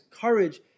courage